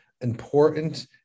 important